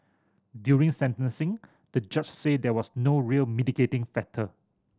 during sentencing the judge said there was no real mitigating factor